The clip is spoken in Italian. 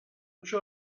ciò